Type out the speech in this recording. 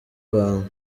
rwanda